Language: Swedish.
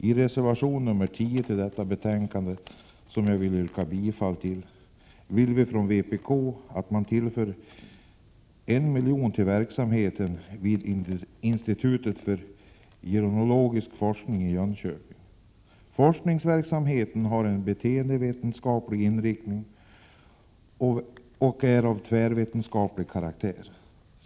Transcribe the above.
I reservation nr 10, som jag vill yrka bifall till, föreslår vi från vpk att man tillför en miljon till verksamheten vid Institutet för gerontologi i Jönköping. Forskningsverksamheten har en beteendevetenskaplig inriktning och är av tvärvetenskaplig karaktär.